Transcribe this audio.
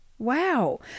Wow